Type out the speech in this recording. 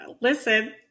listen